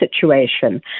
situation